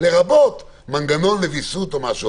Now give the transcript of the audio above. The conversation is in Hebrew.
לרבות מנגנון לוויסות או משהו.